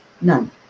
none